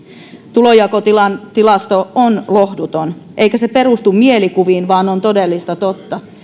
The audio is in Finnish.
tulonjakotilasto on lohduton eikä se perustu mielikuviin vaan on todellista totta